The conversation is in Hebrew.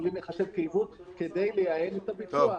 שיכולים להיחשב כעיוות כדי לייעל את הביצוע.